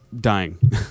dying